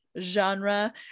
genre